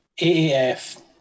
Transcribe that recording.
AAF